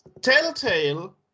Telltale